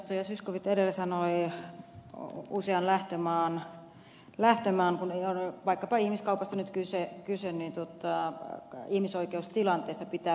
zyskowicz edellä sanoi usean lähtömaan ihmisoikeustilanteesta kun on vaikkapa ihmiskaupasta kyse pitää paikkansa